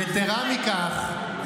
יתרה מכך,